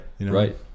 right